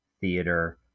theater